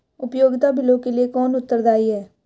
उपयोगिता बिलों के लिए कौन उत्तरदायी है?